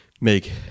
make